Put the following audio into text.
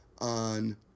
on